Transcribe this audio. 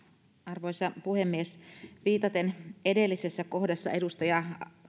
arvoisa puhemies viitaten edellisessä kohdassa edustaja